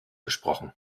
gesprochen